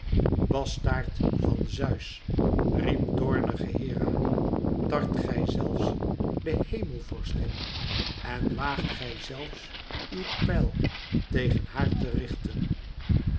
bastaard van zeus riep toornige hera tart gij zelfs de hemelvorstin en waagt gij zelfs uw pijl tegen hàar te richten